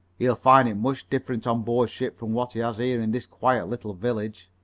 he'll find it much different on board ship from what he has it here in this quiet little village.